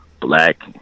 black